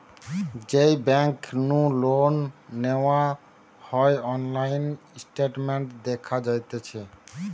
যেই বেংক নু লোন নেওয়া হয়অনলাইন স্টেটমেন্ট দেখা যাতিছে